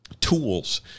tools